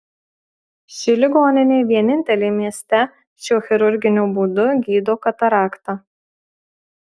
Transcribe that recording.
ši ligoninė vienintelė mieste šiuo chirurginiu būdu gydo kataraktą